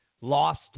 Lost